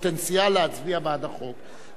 כפוטנציאל להצביע בעד החוק,